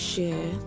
share